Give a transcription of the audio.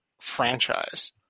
franchise